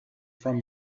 from